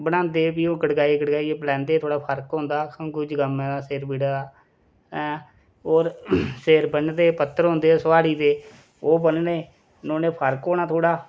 बनांदे फ्ही ओह् गड़काई गड़काइयै प्लेंदे थोह्ड़ा फर्क होंदा खंघू जकामै सिर पीड़े दा हैं होर सिर बन्नदे पत्तर होंदे सोआड़ी दे ओह् बन्नने नुहाड़े ने फर्क होना थोह्ड़ा